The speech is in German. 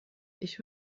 ich